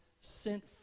sent